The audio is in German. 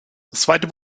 zweite